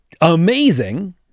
amazing